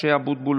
משה אבוטבול,